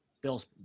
bills